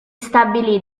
stabilì